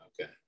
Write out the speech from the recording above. Okay